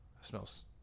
Smells